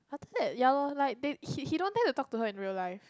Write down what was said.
i thought that ya lor like they he he don't dare to talk to her in real life